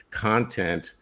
content